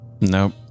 Nope